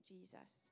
Jesus